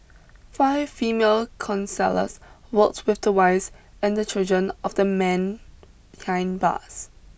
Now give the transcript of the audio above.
five female counsellors worked with the wives and children of the men behind bars